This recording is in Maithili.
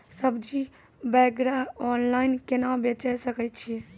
सब्जी वगैरह ऑनलाइन केना बेचे सकय छियै?